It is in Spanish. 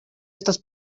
estas